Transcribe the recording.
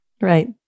right